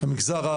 אז אנחנו מתקדמים.